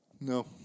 No